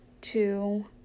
two